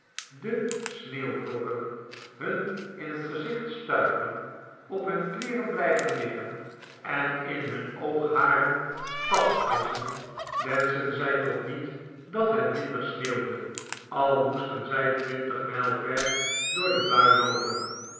de sneeuwvlokken hun in het gezicht stuiven op hun kleeren blijven liggen en in hun john west lock als gastheer oogharen vastvriezen wenschen zij toch niet dat het minder sneeuwde al moesten zij twintig mijl ver door de bui loopen